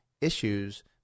issues